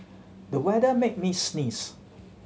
the weather made me sneeze